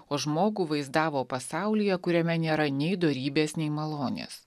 o žmogų vaizdavo pasaulyje kuriame nėra nei dorybės nei malonės